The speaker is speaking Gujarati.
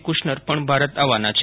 કુશનર પણ ભારત આવવાના છે